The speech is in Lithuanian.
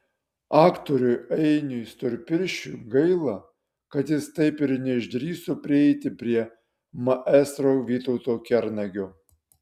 aktoriui ainiui storpirščiui gaila kad jis taip ir neišdrįso prieiti prie maestro vytauto kernagio